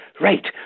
right